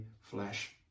flesh